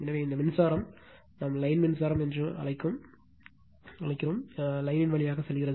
எனவே இந்த மின்சாரம் நாம் லைன் மின்சாரம் என்று அழைக்கும் லைன்யின் வழியாக செல்கிறது